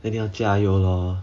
then 你要加油了